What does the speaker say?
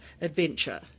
adventure